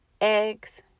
eggs